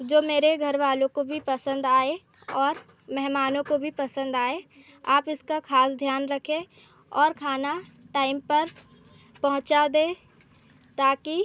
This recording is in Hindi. जो मेरे घरवालों को भी पसंद आए और मेहमानों को भी पसंद आए आप इसका खास ध्यान रखें और खाना टाइम पर पहुँचा दें ताकि